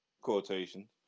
Quotation